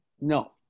No